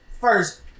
first